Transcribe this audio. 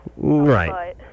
Right